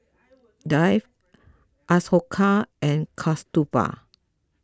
Dev Ashoka and Kasturba